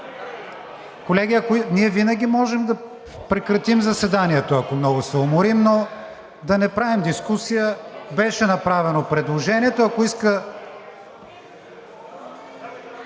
Колеги, ние винаги можем да прекратим заседанието, ако много се уморим. Но да не правим дискусия. Беше направено предложението. (Реплика